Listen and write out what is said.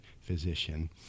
physician